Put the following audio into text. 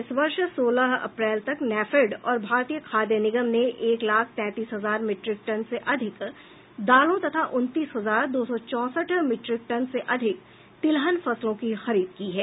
इस वर्ष सोलह अप्रैल तक नैफेड और भारतीय खाद्य निगम ने एक लाख तैंतीस हजार मीट्रिक टन से अधिक दालों तथा उनतीस हजार दो सौ चौंसठ मीट्रिक टन से अधिक तिलहन फसलों की खरीद की है